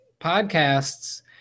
podcasts